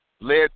Led